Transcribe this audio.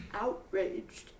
outraged